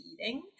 eating